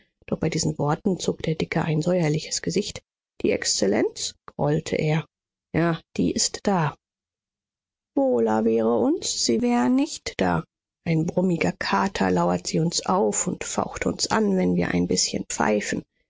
doch bei diesen worten zog der dicke ein säuerliches gesicht die exzellenz grollte er ja die ist da wohler wäre uns sie wär nicht da wie ein brummiger kater lauert sie uns auf und faucht uns an wenn wir ein bißchen pfeifen